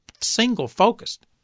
single-focused